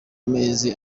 mezi